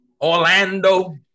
Orlando